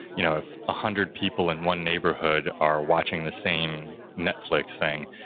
you know if a hundred people in one neighborhood are watching the same netflix thing,